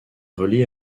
reliée